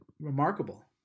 remarkable